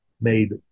made